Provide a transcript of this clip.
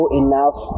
enough